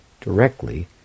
directly